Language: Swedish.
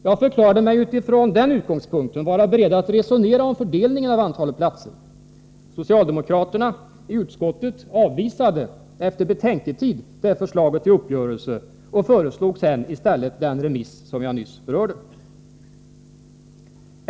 Jag förklarade mig med den utgångspunkten vara beredd att resonera om fördelningen av antalet platser. Socialdemokraterna i utskottet avvisade efter betänketid det förslaget till uppgörelse och föreslog i stället den remiss som jag nyss berörde.